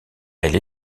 elle